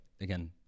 Again